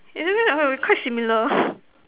in a way okay we quite similar